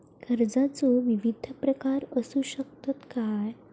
कर्जाचो विविध प्रकार असु शकतत काय?